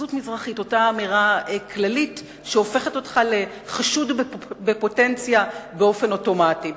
אותה אמירה כללית שהופכת אותך לחשוד בפוטנציה באופן אוטומטי,